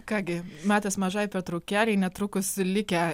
ką gi metas mažai pertraukėlei netrukus likę